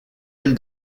elle